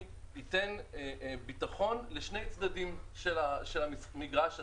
ייתן ביטחון לשני צדדים של המגרש הזה.